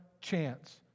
chance